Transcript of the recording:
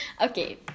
okay